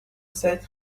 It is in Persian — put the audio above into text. سعید